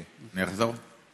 אחזור?